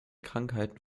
krankheiten